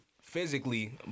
physically